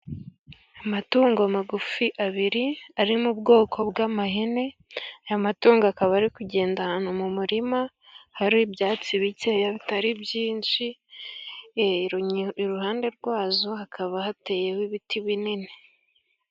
Amatungo magufi abiri ari mu bwoko bw'ihene, aya matungo akaba ari kugenda ahantu mu murima hari ibyatsi bikeya, bitari byinshi, iruhande rwazo hakaba hateyeho ibiti binini.